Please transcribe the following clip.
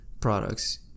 products